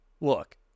Look